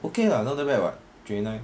okay lah not bad what twenty nine